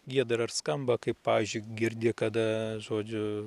giedra ir skamba kaip pavyzdžiui girdi kada žodžiu